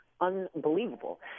unbelievable